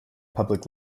public